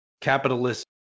capitalist